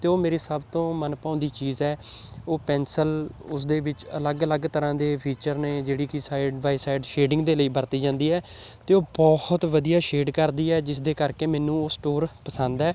ਅਤੇ ਉਹ ਮੇਰੀ ਸਭ ਤੋਂ ਮਨਭਾਉਂਦੀ ਚੀਜ਼ ਹੈ ਉਹ ਪੈਨਸਲ ਉਸਦੇ ਵਿੱਚ ਅਲੱਗ ਅਲੱਗ ਤਰ੍ਹਾਂ ਦੇ ਫੀਚਰ ਨੇ ਜਿਹੜੀ ਕਿ ਸਾਈਡ ਬਾਈ ਸਾਈਡ ਸ਼ੇਡਿੰਗ ਦੇ ਲਈ ਵਰਤੀ ਜਾਂਦੀ ਹੈ ਅਤੇ ਉਹ ਬਹੁਤ ਵਧੀਆ ਸ਼ੇਡ ਕਰਦੀ ਹੈ ਜਿਸ ਦੇ ਕਰਕੇ ਮੈਨੂੰ ਉਹ ਸਟੋਰ ਪਸੰਦ ਹੈ